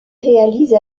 réalise